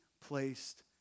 placed